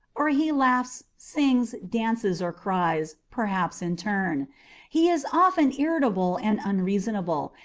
or he laughs, sings, dances, or cries, perhaps in turn he is often irritable and unreasonable,